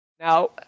Now